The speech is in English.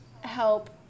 help